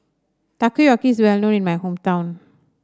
takoyaki is well known in my hometown